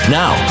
now